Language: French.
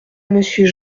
monsieur